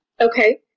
Okay